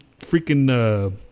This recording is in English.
freaking